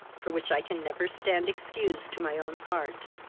for which i can never stand excused to my own heart.